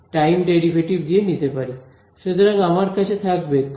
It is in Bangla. সুতরাং আমার কাছে থাকবে ∇× B